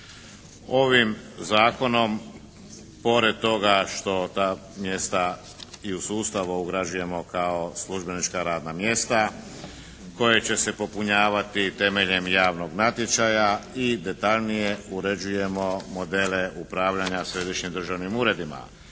Ovim zakonom pored toga što ta mjesta i u sustav ugrađujemo kao službenička radna mjesta koja će se popunjavati temeljem javnog natječaja i detaljnije uređujemo modele upravljanja središnjim državnim uredima.